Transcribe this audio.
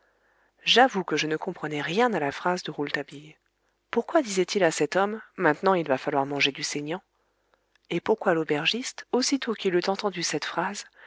j'avoue que je ne comprenais rien à la phrase de rouletabille pourquoi disait-il à cet homme maintenant il va falloir manger du saignant et pourquoi l'aubergiste aussitôt qu'il eut entendu cette phrase